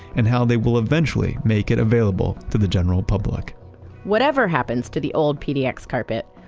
and how they will eventually make it available to the general public whatever happens to the old pdx carpet,